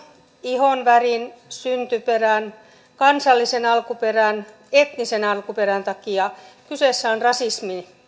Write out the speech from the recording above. ihonvärin syntyperän kansallisen alkuperän etnisen alkuperän takia kyseessä on rasismi